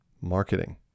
marketing